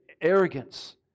arrogance